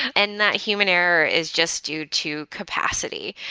and that human error is just due to capacity.